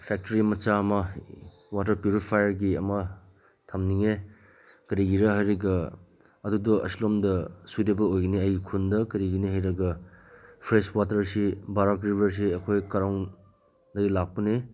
factory ꯃꯆꯥ ꯑꯃ water ꯄ꯭ꯌꯨꯔꯤꯐꯥꯏꯌꯔꯒꯤ ꯑꯃ ꯊꯝꯅꯤꯡꯉꯦ ꯀꯔꯤꯒꯤꯔꯥ ꯍꯥꯏꯔꯒ ꯑꯗꯨꯗꯣ ꯑꯁꯣꯝꯂꯣꯝꯗ ꯁꯨꯏꯇꯦꯕꯜ ꯑꯣꯏꯒꯅꯤ ꯑꯩꯒꯤ ꯈꯨꯟꯗ ꯀꯔꯤꯒꯤꯅꯦ ꯍꯥꯏꯔꯒ ꯐ꯭ꯔꯦꯁ ꯋꯥꯇꯔꯁꯤ ꯕꯔꯥꯛ ꯔꯤꯚꯔꯁꯤ ꯑꯩꯈꯣꯏ ꯀꯔꯣꯡꯗꯒꯤ ꯂꯥꯛꯄꯅꯤ